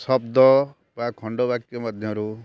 ଶବ୍ଦ ବା ଖଣ୍ଡ ବାକ୍ୟ ମଧ୍ୟରୁ